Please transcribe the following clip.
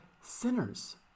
sinners